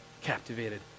captivated